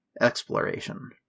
exploration